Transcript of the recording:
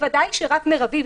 בוודאי שרף מרבי,